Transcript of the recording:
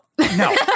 No